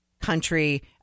country